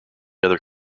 other